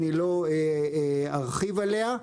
ולא ארחיב עליה.